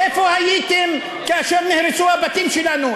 איפה הייתם כאשר נהרסו הבתים שלנו?